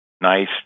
nice